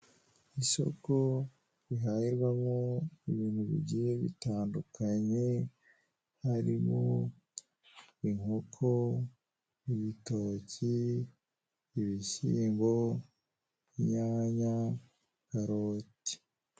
Isoko rihahirwamo ibintu bigiye bitandukanye harimo inkoko, ibitoki, ibishyimbo, inyanya, iroti.